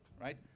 right